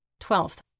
Twelfth